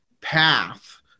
Path